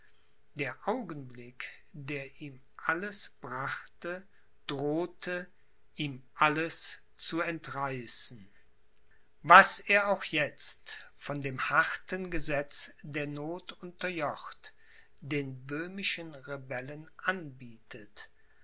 der augenblick der ihm alles brachte drohte ihm alles zu entreißen was er auch jetzt von dem harten gesetz der noth unterjocht den böhmischen rebellen anbietet